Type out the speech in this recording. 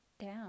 down